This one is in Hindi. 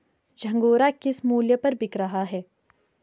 झंगोरा किस मूल्य पर बिक रहा है?